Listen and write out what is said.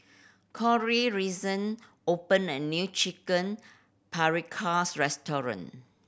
Cori recent opened a new Chicken Paprikas Restaurant